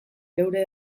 geure